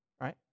Right